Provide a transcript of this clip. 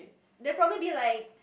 they'll probably be like